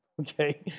okay